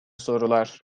sorular